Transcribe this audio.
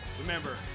Remember